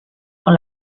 con